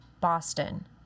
Boston